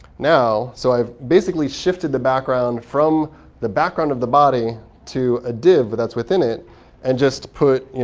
now so i've basically shifted the background from the background of the body to a div that's within it and just put